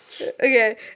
Okay